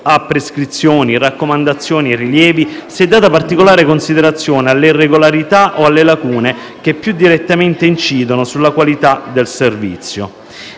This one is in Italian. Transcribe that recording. a prescrizioni, raccomandazioni e rilievi si è data particolare considerazione alle irregolarità o alle lacune che più direttamente incidono sulla qualità del servizio.